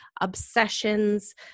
obsessions